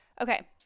Okay